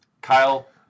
Kyle